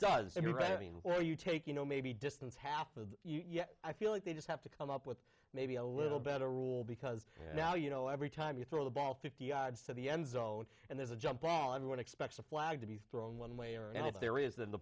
where you take you know maybe distance half of yeah i feel like they just have to come up with maybe a little bit of a rule because now you know every time you throw the ball fifty yards to the end zone and there's a jump ball everyone expects a flag to be thrown one way or and if there is that the